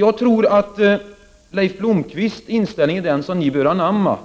Jag tror att Leif Blombergs inställning är den som ni bör anamma,